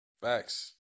Facts